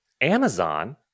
Amazon